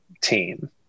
team